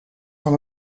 van